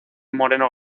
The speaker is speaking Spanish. moreno